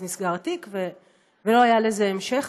אז נסגר התיק ולא היה לזה המשך.